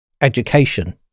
education